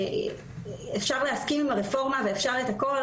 אפשר להסכים עם הרפורמה ואפשר הכול,